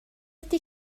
ydy